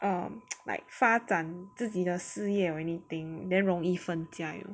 um like 发展自己的事业 or anything then 容易分家 you know